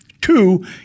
Two